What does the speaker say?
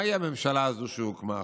מהי הממשלה הזו שהוקמה עכשיו?